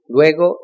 Luego